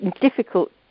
difficult